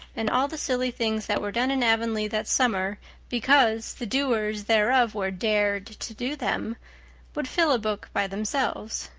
and all the silly things that were done in avonlea that summer because the doers thereof were dared to do them would fill a book by themselves.